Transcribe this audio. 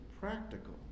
practical